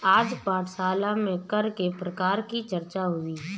आज पाठशाला में कर के प्रकार की चर्चा हुई